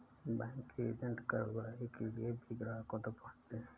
bank के agent कर उगाही के लिए भी ग्राहकों तक पहुंचते हैं